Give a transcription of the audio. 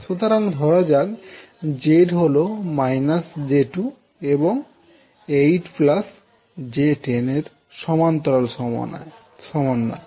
সুতরাং ধরা যাক Z হল −j2 এবং 8 j10 এর সমান্তরাল সমন্বয়